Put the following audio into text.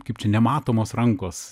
kaip čia nematomos rankos